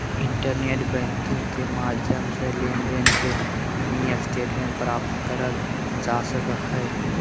internet banking के माध्यम से लेनदेन के मिनी स्टेटमेंट प्राप्त करल जा सको हय